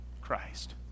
Christ